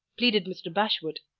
pleaded mr. bashwood.